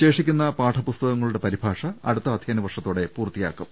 ശേഷിക്കുന്ന പാഠപുസ്തകങ്ങളുടെ പരിഭാഷ അടുത്ത അധ്യയന വർഷത്തോടെ പൂർത്തിയാക്കും